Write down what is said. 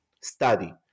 study